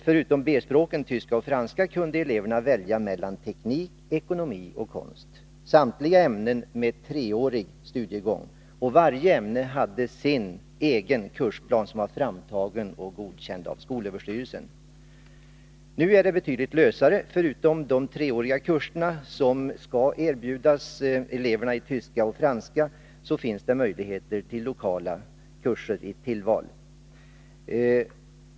Förutom B-språken tyska och franska kunde eleverna välja mellan teknik, ekonomi och konst — samtliga ämnen med treårig studiegång. Varje ämne hade sin egen kursplan, framtagen och godkänd av skolöverstyrelsen. Nu är det betydligt friare. Förutom de treåriga kurserna i tyska och franska som skall erbjudas eleverna finns det möjligheter till lokala kurser i tillval.